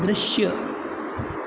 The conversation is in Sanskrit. दृश्यः